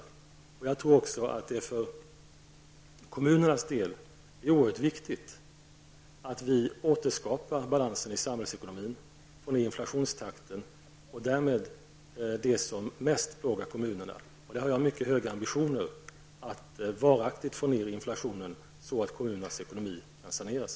Jag tror också att det för kommunernas del är oerhört viktigt att vi återskapar balansen i samhällsekonomin, får ned inflationstakten och därmed åtgärdar det som mest plågar kommunerna. Jag har mycket höga ambitioner när det gäller att varaktigt få ned inflationen så att kommunernas ekonomi kan saneras.